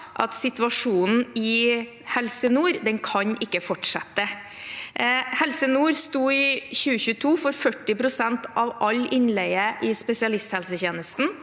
at situasjonen i Helse nord ikke kan fortsette. Helse nord sto i 2022 for 40 pst. av all innleie i spesialisthelsetjenesten.